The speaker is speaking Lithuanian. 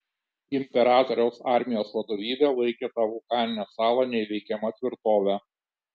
imperatoriaus armijos vadovybė laikė tą vulkaninę salą neįveikiama tvirtove